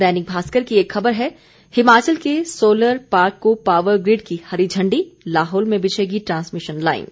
दैनिक भास्कर की एक खबर है हिमाचल के सोलर पार्क को पावर ग्रिड की हरी इांडी लाहौल में बिछेगी ट्रांसमिशन लाइन